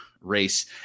race